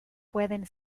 pueden